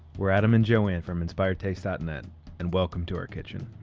we're adam and joanne from inspiredtaste dot net and welcome to our kitchen.